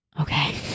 Okay